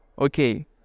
okay